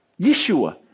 Yeshua